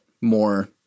more